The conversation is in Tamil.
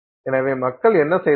எனவே மக்கள் என்ன செய்தார்கள்